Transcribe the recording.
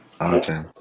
Okay